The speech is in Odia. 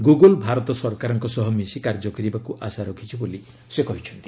ଗୁଗୁଲ ଭାରତ ସରକାରଙ୍କ ସହ ମିଶି କାର୍ଯ୍ୟ କରିବାକୁ ଆଶା ରଖିଛି ବୋଲି ସେ କହିଛନ୍ତି